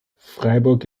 freiburg